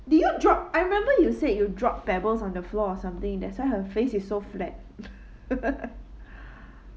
did you drop I remember you said you dropped pebbles on the floor or something that's why her face is so flat